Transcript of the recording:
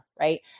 right